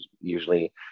usually